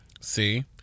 See